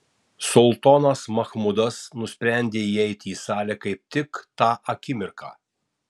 sultonas machmudas nusprendė įeiti į salę kaip tik tą akimirką